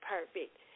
perfect